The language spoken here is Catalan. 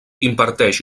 imparteix